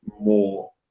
More